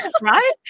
right